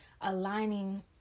aligning